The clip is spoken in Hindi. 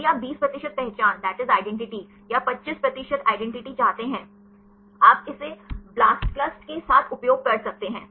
यदि आप 20 प्रतिशत पहचान या 25 प्रतिशत पहचान चाहते हैं आप इस ब्लास्टक्लस्ट के साथ उपयोग कर सकते हैं